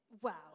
wow